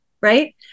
right